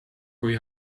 kui